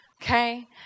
Okay